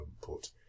put